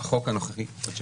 עוד שאלות?